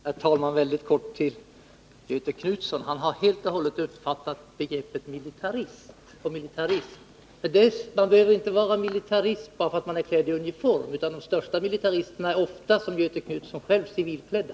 Herr talman! Mycket kort: Göthe Knutson har uppfattat vårt tal om militarism. Men man behöver inte vara militarist bara därför att man är klädd i uniform, utan de största militaristerna är, som Göthe Knutson själv, civilklädda.